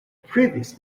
previous